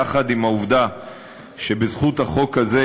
יחד עם העובדה שבזכות החוק הזה,